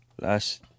last